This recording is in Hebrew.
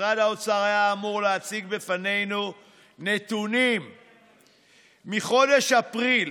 משרד האוצר היה אמור להציג בפנינו נתונים מחודש אפריל.